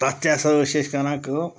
تَتھ تہِ ہَسا ٲسۍ أسۍ کَران کٲم